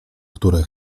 które